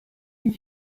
une